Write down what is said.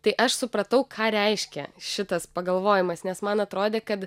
tai aš supratau ką reiškia šitas pagalvojimas nes man atrodė kad